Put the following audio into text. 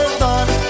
thought